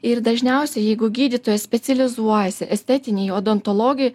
ir dažniausiai jeigu gydytojas specializuojasi estetinėj odontologijoj